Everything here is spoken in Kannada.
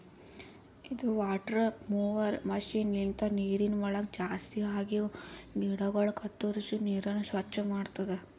ಇದು ವಾಟರ್ ಮೊವರ್ ಮಷೀನ್ ಲಿಂತ ನೀರವಳಗ್ ಜಾಸ್ತಿ ಆಗಿವ ಗಿಡಗೊಳ ಕತ್ತುರಿಸಿ ನೀರನ್ನ ಸ್ವಚ್ಚ ಮಾಡ್ತುದ